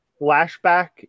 flashback